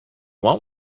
want